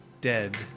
dead